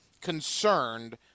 concerned